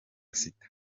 sita